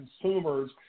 consumers –